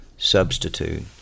substitute